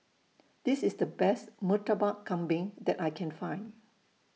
This IS The Best Murtabak Kambing that I Can Find